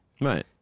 Right